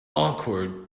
awkward